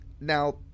Now